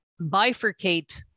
bifurcate